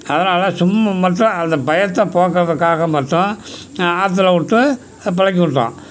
அதனால் சும்மு மட்டும் அந்த பயத்தை போக்கிறதுக்காக மட்டும் ஆற்றுல விட்டு பழக்கி விட்டோம்